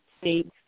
states